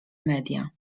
media